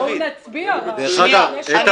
בואו נצביע רק, לפני שהולכים.